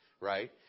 right